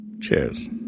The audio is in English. Cheers